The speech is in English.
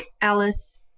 alice